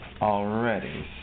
already